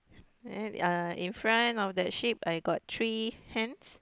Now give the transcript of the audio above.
then ya in front of that shape I got three hands